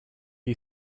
you